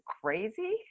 crazy